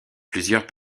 plusieurs